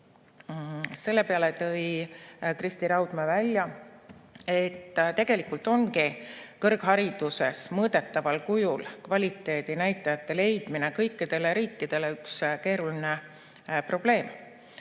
Selle peale tõi Kristi Raudmäe välja, et tegelikult ongi kõrghariduses mõõdetaval kujul kvaliteedinäitajate leidmine kõikidele riikidele üks keeruline probleem.